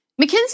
McKinsey